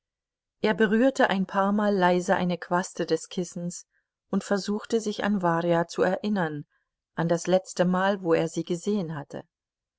er berührte ein paarmal leise eine quaste des kissens und versuchte sich an warja zu erinnern an das letztemal wo er sie gesehen hatte